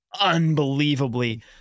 unbelievably